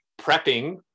prepping